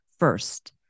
First